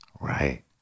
Right